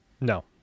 No